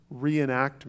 reenactment